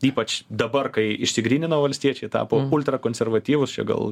ypač dabar kai išsigrynino valstiečiai tapo ultrakonservatyvūs čia gal